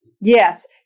Yes